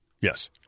Yes